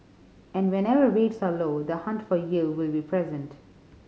and whenever rates are low the hunt for yield will be present